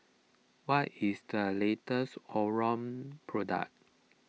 what is the latest Omron product